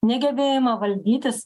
negebėjimą valdytis